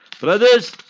Brothers